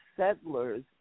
settlers